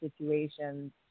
situations